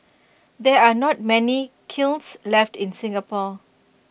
there are not many kilns left in Singapore